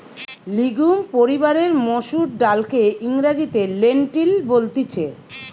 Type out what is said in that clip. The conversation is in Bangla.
লিগিউম পরিবারের মসুর ডালকে ইংরেজিতে লেন্টিল বলতিছে